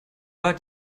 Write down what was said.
war